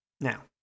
Now